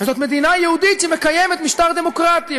וזאת מדינה יהודית שמקיימת משטר דמוקרטי,